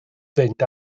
fynd